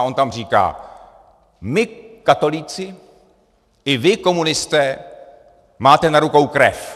On tam říká: My katolíci i vy komunisté máte na rukou krev.